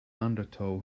undertow